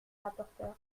rapporteur